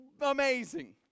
amazing